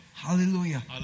Hallelujah